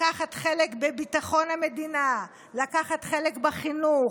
לקחת חלק בביטחון המדינה, לקחת חלק בחינוך,